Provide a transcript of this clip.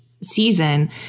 season